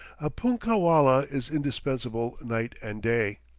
a punkah-wallah is indispensable night and day.